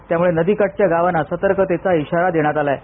त्यामळे नदीकाठच्या गावांना सतर्कतेचा इशारा देण्यात आलाय